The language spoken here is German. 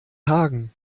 hagen